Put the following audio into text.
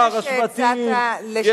לה שהצעת לשמר את האזור של עזרת נשים.